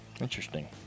Interesting